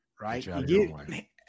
right